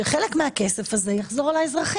שחלק מהכסף הזה יחזור לאזרחים.